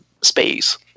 space